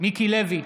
מיקי לוי,